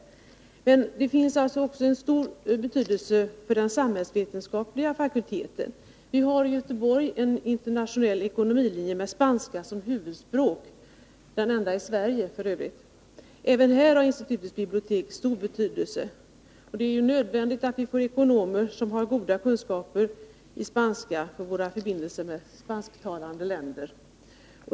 Biblioteket har också stor betydelse för den samhällsvetenskapliga fakulteten. Vi har i Göteborg en internationell ekonomilinje med spanska som huvudspråk — den enda i Sverige för övrigt. Även här har institutets bibliotek stor betydelse. Det är nödvändigt att vi får ekonomer som har goda kunskaper i spanska med hänsyn till våra förbindelser med spansktalande länder.